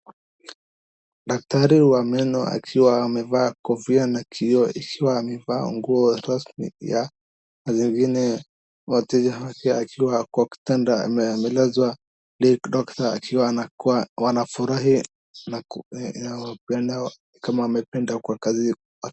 Daktari wa meno akiwa amevaa kofia na kioo ikiwa amevaa nguo rasmi ya na zingine wateja wakiwa ako kitanda amelazwa. Doctor wakiwa waanfurahia na kama amependa kwa kazi.